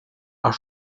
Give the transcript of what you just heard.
are